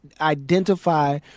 identify